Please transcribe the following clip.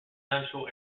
central